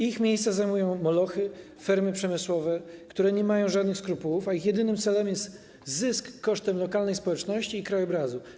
Ich miejsce zajmują molochy, fermy przemysłowe, które nie mają żadnych skrupułów, a ich jedynym celem jest zysk kosztem lokalnej społeczności i krajobrazu.